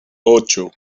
ocho